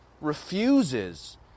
refuses